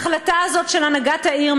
ההחלטה הזאת של הנהגת העיר,